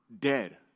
dead